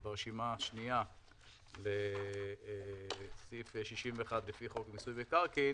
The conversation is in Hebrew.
וברשימה השנייה לעניין סעיף 61 לפי חוק מיסוי מקרקעין